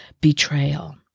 betrayal